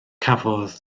cafodd